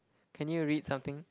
can you read something